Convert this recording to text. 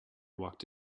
walked